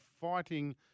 fighting